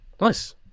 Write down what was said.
Nice